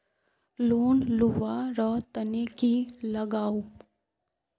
Loan लुवा र तने की लगाव?